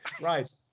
Right